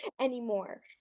anymore